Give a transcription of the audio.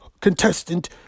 contestant